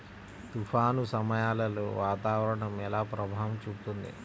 తుఫాను సమయాలలో వాతావరణం ఎలా ప్రభావం చూపుతుంది?